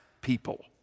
people